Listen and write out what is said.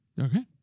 Okay